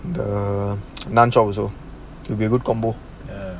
the nachos also it'll be a good combo